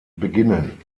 beginnen